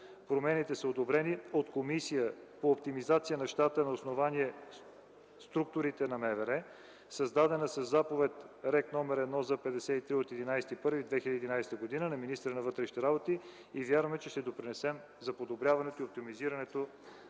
Промените са одобрени от Комисия по оптимизация на щата на основание структурите на МВР, създадена със Заповед РК № 1з-53 от 11 януари 2011 г. на министъра на вътрешните работи. Вярваме, че ще допринесем за подобряването и оптимизирането